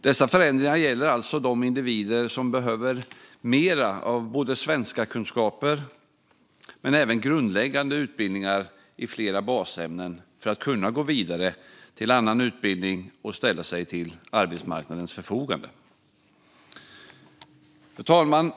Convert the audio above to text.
Dessa förändringar gäller alltså de individer som behöver mer av både svenskkunskaper och även grundläggande utbildningar i flera basämnen för att kunna gå vidare till annan utbildning och ställa sig till arbetsmarknadens förfogande. Fru talman!